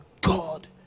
god